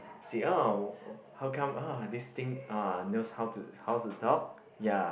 say oh how come uh this thing uh knows how to how to talk ya